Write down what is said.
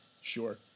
sure